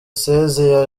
shyogwe